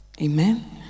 Amen